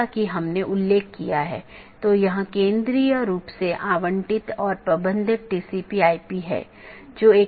जैसा कि हमने पहले उल्लेख किया है कि विभिन्न प्रकार के BGP पैकेट हैं